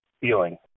feeling